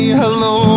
hello